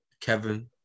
Kevin